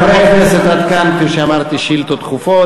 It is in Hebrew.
חברי הכנסת, עד כאן, כפי שאמרתי, שאילתות דחופות.